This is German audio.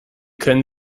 können